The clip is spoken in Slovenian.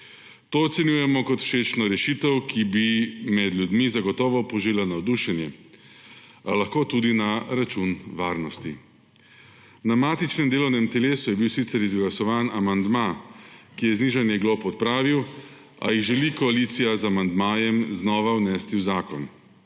To ocenjujemo kot všečno rešitev, ki bi med ljudmi zagotovo požela navdušenje, a lahko tudi na račun varnosti. Na matičnem delovnem telesu je bil sicer izglasovan amandma, ki je znižanje glob odpravil, a jih želi koalicija z amandmajem znova vnesti v zakon.